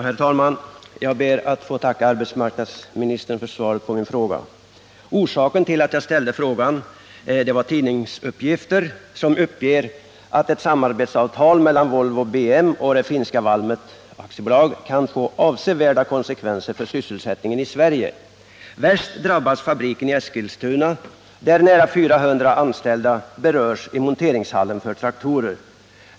Herr talman! Jag ber att få tacka arbetsmarknadsministern för svaret på min fråga. Orsaken till att jag ställde frågan var tidningsuppgifter som uppger att ett samarbetsavtal mellan Volvo BM och det finska Valmet AB kan få avsevärda konsekvenser för sysselsättningen i Sverige. Värst drabbas fabriken i Eskilstuna där nära 400 anställda berörs i monteringshallen :för traktorer.